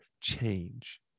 change